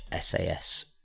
SAS